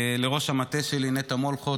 לראש המטה שלי נטע מולכו,